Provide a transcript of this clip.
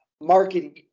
marketing